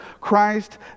Christ